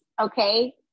okay